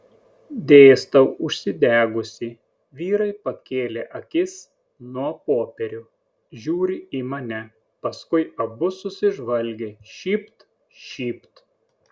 dėstau užsidegusi vyrai pakėlė akis nuo popierių žiūri į mane paskui abu susižvalgė šypt šypt